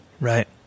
Right